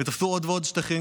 ותפסו עוד ועוד שטחים,